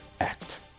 act